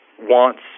wants